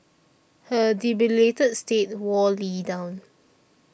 her debilitated state wore Lee down